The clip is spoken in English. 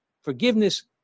forgiveness